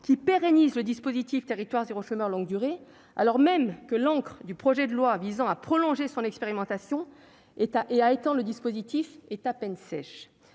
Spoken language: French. qui pérennise le dispositif territoires zéro chômeur longue durée alors même que l'encre du projet de loi visant à prolonger son expérimentation est et à étend le dispositif est à peine sèche,